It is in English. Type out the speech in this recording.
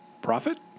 Profit